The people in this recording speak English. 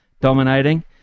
dominating